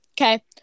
Okay